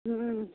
हुँ